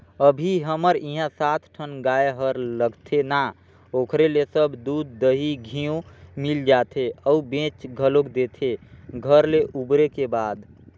अभी हमर इहां सात ठन गाय हर लगथे ना ओखरे ले सब दूद, दही, घींव मिल जाथे अउ बेंच घलोक देथे घर ले उबरे के बाद